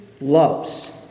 loves